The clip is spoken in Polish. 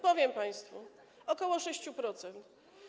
Powiem państwu: o ok. 6%.